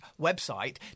website